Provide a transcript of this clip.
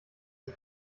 sie